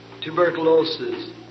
tuberculosis